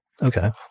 Okay